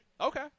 Okay